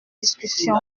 discussion